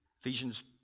Ephesians